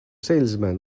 salesman